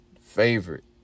favorite